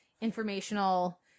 informational